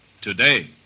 Today